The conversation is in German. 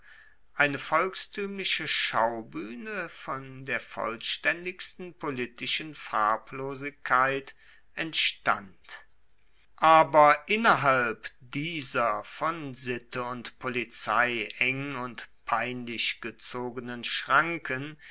eine volkstuemliche schaubuehne von der vollstaendigsten politischen farblosigkeit entstand aber innerhalb dieser von sitte und polizei eng und peinlich gezogenen schranken